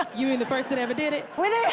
you mean the first that ever did it?